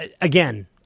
Again